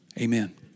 Amen